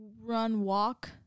run-walk